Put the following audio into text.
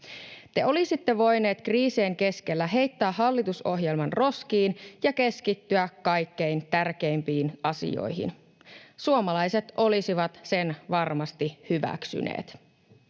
Te olisitte voineet kriisien keskellä heittää hallitusohjelman roskiin ja keskittyä kaikkein tärkeimpiin asioihin. Suomalaiset olisivat sen varmasti hyväksyneet.